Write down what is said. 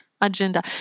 agenda